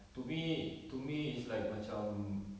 to me to me is like macam